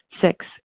Six